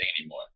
anymore